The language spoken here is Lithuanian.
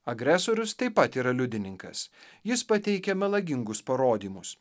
agresorius taip pat yra liudininkas jis pateikė melagingus parodymus